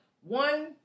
one